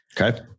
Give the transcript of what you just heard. Okay